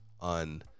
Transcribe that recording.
on